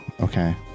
Okay